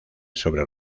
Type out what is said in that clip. sobre